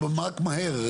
בבקשה.